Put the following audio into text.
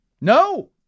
No